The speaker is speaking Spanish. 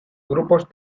grupos